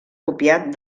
copiat